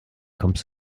kommst